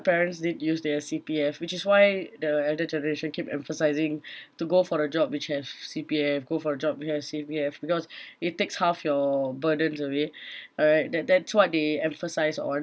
parents did use their C_P_F which is why the elder generation keep emphasising to go for a job which have C_P_F go for a job which have C_P_F because it takes half your burdens away alright that that's what they emphasise on